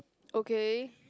okay